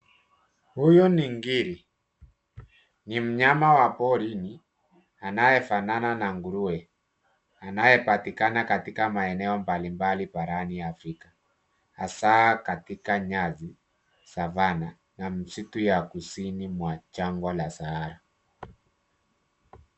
Huyu ni ngiri, ni mnyama wa porini anayefanana na nguruwe anayepatikana katika maeneo mbalimbali barani Afrika, hasaa katika nyasi, savanah na msitu ya kusini mwa jangwa la Sahara.